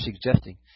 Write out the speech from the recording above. suggesting